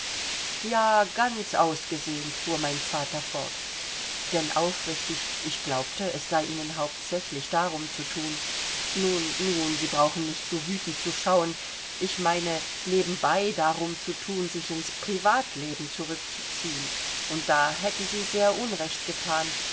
ja ganz ausgesöhnt fuhr mein vater fort denn aufrichtig ich glaubte es sei ihnen hauptsächlich darum zu thun nun nun sie brauchen nicht so wütend zu schauen ich meine nebenbei darum zu thun sich ins privatleben zurückzuziehen und da hätten sie sehr unrecht gethan